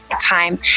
time